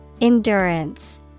Endurance